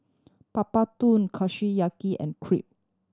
Papadum Kushiyaki and Crepe